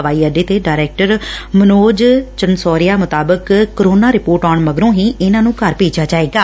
ਹਵਾਈ ਅੱਡੇ ਦੇ ਡਾਇਰੈਕਟਰ ਮਨੋਜ ਚਨਸੋਰਿਆ ਮੁਤਾਬਿਕ ਕੋਰੋਨਾ ਰਿਪੋਰਟ ਆਉਣ ਮਗਰੋ ਹੀ ਇਨਾ ਨੰ ਘਰ ਭੇਜਿਆ ਜਾਏਗਾ